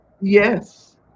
yes